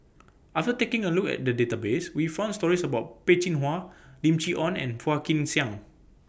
after taking A Look At The Database We found stories about Peh Chin Hua Lim Chee Onn and Phua Kin Siang